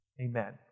Amen